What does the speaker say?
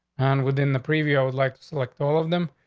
and within the preview, i would, like, select all of them.